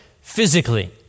physically